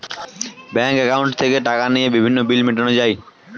bank অ্যাকাউন্টে থেকে টাকা নিয়ে বিভিন্ন বিল মেটানো যায়